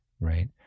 right